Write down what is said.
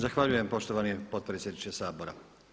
Zahvaljujem poštovani potpredsjedniče Sabora.